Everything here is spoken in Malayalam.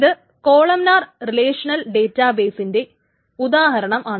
ഇത് കോളംനാർ റിലേഷണൽ ഡേറ്റാബേസിൻറെ ഉദാഹരണമാണ്